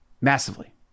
massively